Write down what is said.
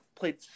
played